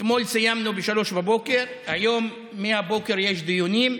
אתמול סיימנו ב-03:00, היום מהבוקר יש דיונים.